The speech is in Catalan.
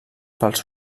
pels